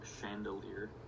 chandelier